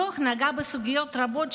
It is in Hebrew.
הדוח נגע בסוגיות רבות,